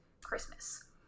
Christmas